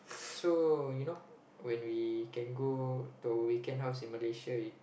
so you know when we can go to weekend house in Malaysia